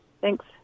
thanks